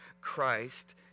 Christ